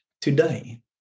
today